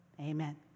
Amen